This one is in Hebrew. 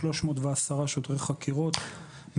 310 שוטרי חקירות,